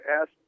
asked